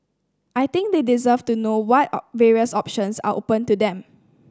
I think they deserve to know what various options are open to them